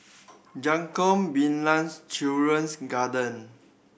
Jacob Ballas Children's Garden